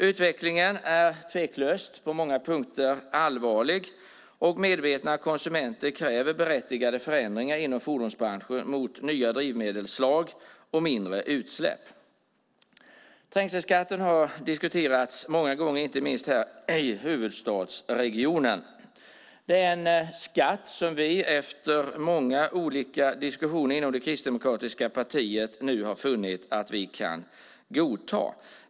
Utvecklingen är tveklöst på många punkter allvarlig, och medvetna konsumenter kräver berättigade förändringar inom fordonsbranschen mot nya drivmedelsslag och mindre utsläpp. Trängselskatten har diskuterats många gånger, inte minst här i huvudstadsregionen. Det är en skatt som vi efter många olika diskussioner inom det kristdemokratiska partiet nu har funnit att vi kan godta.